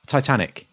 Titanic